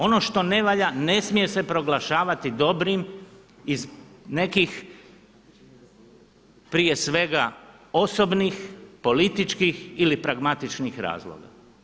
Ono što ne valja ne smije se proglašavati dobrim iz nekih prije svega osobnih, političkih ili pragmatičnih razloga.